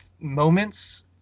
moments